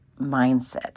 mindset